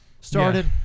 started